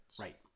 Right